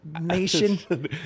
nation